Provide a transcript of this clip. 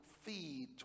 feed